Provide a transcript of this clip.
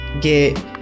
get